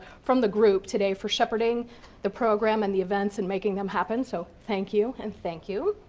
from the group today, for shepherding the program and the events and making them happen, so thank you and thank you.